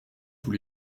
tous